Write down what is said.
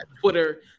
Twitter